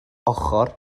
ochr